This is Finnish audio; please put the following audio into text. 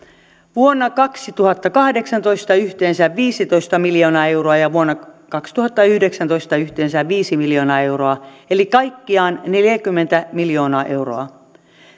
vuonna kaksituhattakahdeksantoista yhteensä viisitoista miljoonaa euroa ja vuonna kaksituhattayhdeksäntoista yhteensä viisi miljoonaa euroa eli kaikkiaan neljäkymmentä miljoonaa euroa